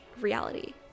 reality